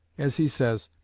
as he says,